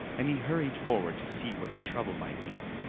and he hurried forward to see what the trouble might be.